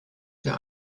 für